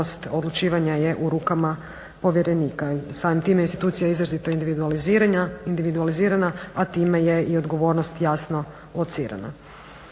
ovlast odlučivanja je u rukama povjerenika. Samim tim je institucija izrazito individualizirana a time je i odgovornost jasno lociranja.